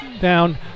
down